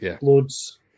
loads